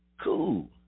Cool